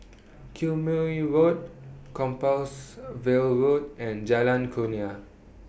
Quemoy Road Compassvale Road and Jalan Kurnia